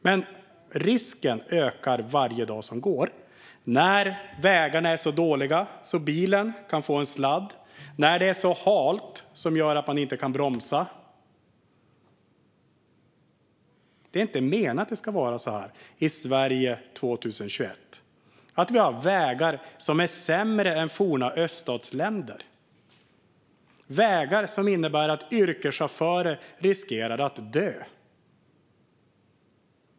Men risken ökar för varje dag som går när vägarna är så dåliga att bilen kan få sladd och när det är så halt att man inte kan bromsa. Det är inte meningen att det ska vara så här i Sverige 2021: Vi har vägar som är sämre än forna öststatsländers. Det är vägar som innebär att yrkeschaufförer riskerar att dö.